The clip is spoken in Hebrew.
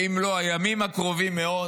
ואם לא, הימים הקרובים מאוד,